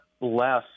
less